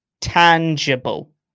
tangible